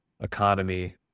economy